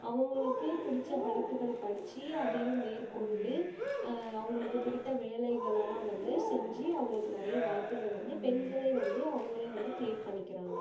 அவங்களுக்கு பிடித்த படிப்புகள் படித்து அதையும் மேற்கொண்டு அவங்களுக்கு பிடித்த வேலைகளல்லாம் வந்து செஞ்சு அவங்களுக்கு நிறைய வாய்ப்புகள் வந்து பெண்களே வந்து அவங்களே வந்து கிரியேட் பண்ணிக்கிறாங்க